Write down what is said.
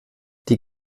die